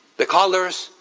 the colors,